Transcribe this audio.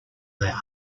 their